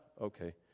Okay